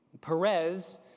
Perez